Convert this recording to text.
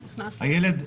הילד,